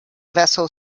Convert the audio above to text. vessel